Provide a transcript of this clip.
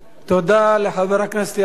תודה לחבר הכנסת יעקב כץ.